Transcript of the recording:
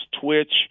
twitch